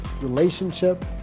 relationship